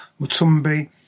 Mutumbi